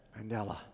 Mandela